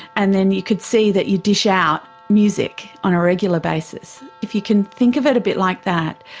and then you could see that you dish out music on a regular basis. if you can think of it a bit like that,